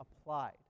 applied